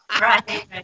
Right